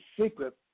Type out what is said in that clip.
secret